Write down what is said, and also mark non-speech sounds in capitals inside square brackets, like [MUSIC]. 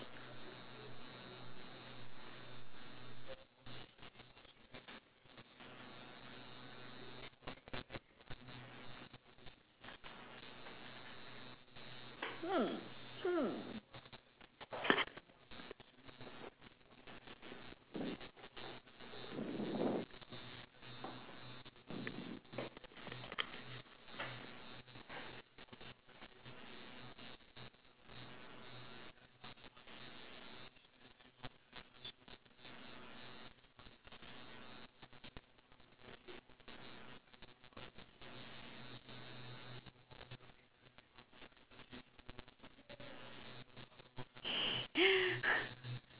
hmm hmm [LAUGHS]